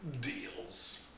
deals